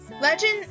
Legend